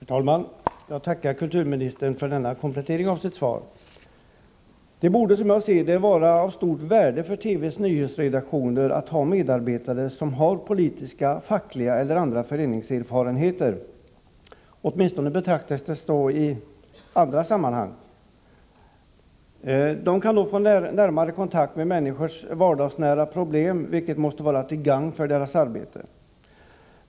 Herr talman! Jag tackar kulturministern för denna komplettering av svaret. Det borde som jag ser det vara av stort värde för TV:s nyhetsredaktioner att ha medarbetare med politiska och fackliga erfarenheter eller med föreningserfarenheter i övrigt. Åtminstone ser man saken så i andra sammanhang. De kan nog få närmare kontakt med människors vardagsnära problem, vilket måste vara till gagn för deras arbete.